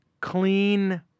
clean